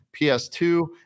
PS2